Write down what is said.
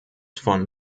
von